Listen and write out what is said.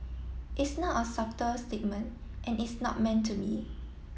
it's not a subtle statement and it's not meant to be